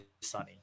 sunny